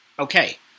Okay